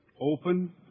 open